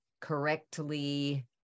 correctly